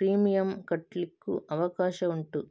premium ಕಟ್ಲಿಕ್ಕು ಅವಕಾಶ ಉಂಟು